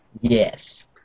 Yes